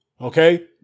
Okay